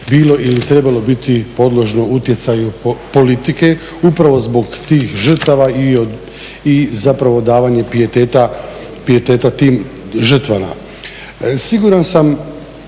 bilo ili trebalo biti podložno utjecaju politike upravo zbog tih žrtava i odavanja pijeteta tim žrtvama. Siguran sam